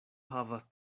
havas